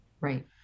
right